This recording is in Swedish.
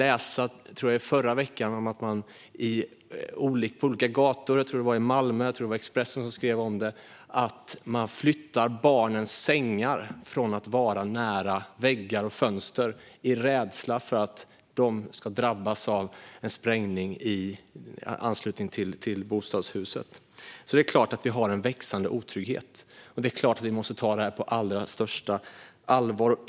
I förra veckan skrev Expressen, tror jag, att familjer på olika gator i Malmö flyttar barnens sängar från väggar och fönster av rädsla för sprängdåd i anslutning till bostadshuset. Det är klart att vi har en växande otrygghet, och det är klart att vi måste ta detta på allra största allvar.